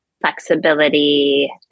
flexibility